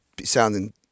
sounding